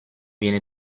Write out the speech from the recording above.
viene